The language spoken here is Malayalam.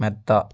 മെത്ത